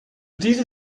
diesem